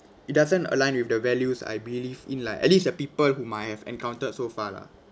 it doesn't align with the values I believe in like at least the people whom I have encountered so far lah